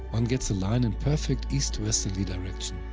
one gets line in perfect east westerly direction,